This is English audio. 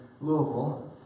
Louisville